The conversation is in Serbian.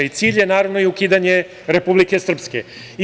I cilj je, naravno, ukidanje Republike Srbije.